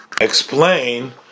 explain